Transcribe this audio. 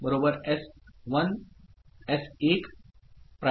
SA S1'